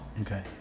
okay